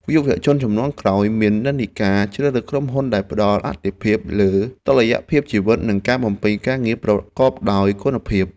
យុវជនជំនាន់ក្រោយមាននិន្នាការជ្រើសរើសក្រុមហ៊ុនដែលផ្តល់អាទិភាពលើតុល្យភាពជីវិត និងការបំពេញការងារប្រកបដោយគុណភាព។